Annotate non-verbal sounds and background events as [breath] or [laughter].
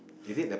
[breath]